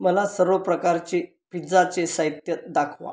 मला सर्व प्रकारचे पिझ्झाचे साहित्य दाखवा